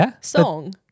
song